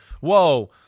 whoa